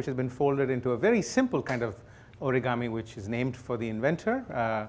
which has been folded into a very simple kind of origami which is named for the inventor